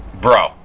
Bro